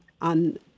on